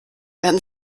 werden